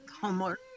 homework